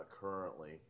currently